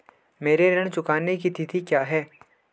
मेरे ऋण चुकाने की तिथि क्या है?